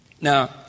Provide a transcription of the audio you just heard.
Now